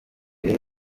rero